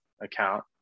account